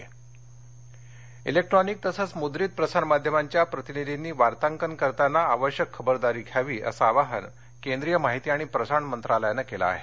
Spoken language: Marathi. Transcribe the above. खबरदारी जिक्ट्रॉनिक तसंच मृद्रित प्रसारमाध्यमांच्या प्रतिनिधींनी वार्ताकन करताना आवश्यक खबरदारी घ्यावी असं आवाहन माहिती प्रसारण मंत्रालयानं केलं आहे